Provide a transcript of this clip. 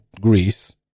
Greece